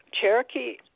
Cherokee